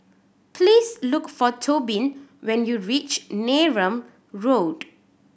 please look for Tobin when you reach Neram Road